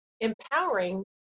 empowering